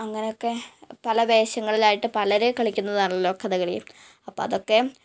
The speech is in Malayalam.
അങ്ങനെ ഒക്കെ പല വേഷങ്ങൾ ആയിട്ട് പലര് കളിക്കുന്നതാണല്ലോ കഥകളി അപ്പോൾ അതൊക്കെ